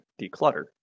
declutter